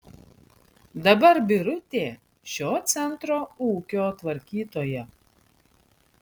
dabar birutė šio centro ūkio tvarkytoja